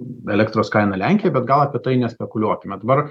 elektros kaina lenkijoj bet gal apie tai nespekuliuokime dabar